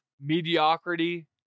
mediocrity